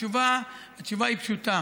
התשובה היא פשוטה: